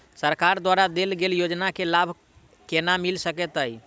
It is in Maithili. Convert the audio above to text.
सरकार द्वारा देल गेल योजना केँ लाभ केना मिल सकेंत अई?